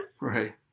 Right